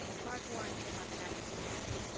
mark warren came up and asked her to dance.